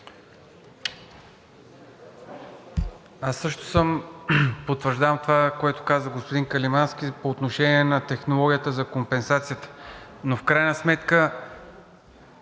Аз също потвърждавам това, което каза господин Каримански, по отношение на технологията за компенсацията, но в крайна сметка